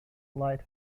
light